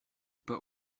but